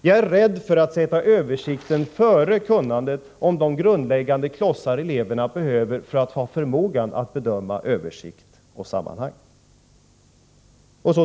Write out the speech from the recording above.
Jag är rädd för att sätta översikten före kunnandet när det gäller de grundläggande insikter som eleverna behöver tillägna sig för att få förmågan att bedöma översikt och sammanhang.